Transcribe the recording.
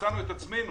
שמצאנו את עצמנו